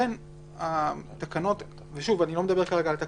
כרגע על התקנות האלה,